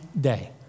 day